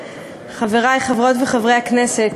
תודה רבה, חברי חברות וחברי הכנסת,